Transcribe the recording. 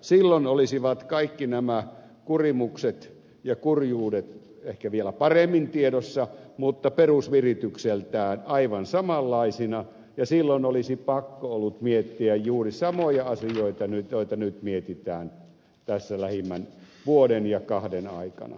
silloin olisivat kaikki nämä kurimukset ja kurjuudet ehkä vielä paremmin tiedossa mutta perusviritykseltään aivan samanlaisina ja silloin olisi pakko ollut miettiä juuri samoja asioita joita nyt mietitään tässä lähimmän vuoden ja kahden aikana